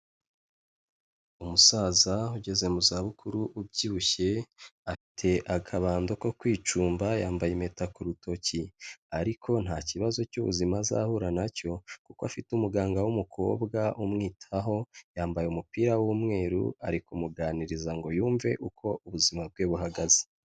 Umusaza ugeze mu zabukuru ubyibushye afite akabando ko kwicumba yambaye impeta ku rutoki, ariko nta kibazo cy'ubuzima azahura na cyo kuko afite umuganga w'umukobwa umwitaho, yambaye umupira w'umweru ari kumuganiriza ngo yumve uko ubuzima bwe buhagaze.